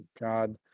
God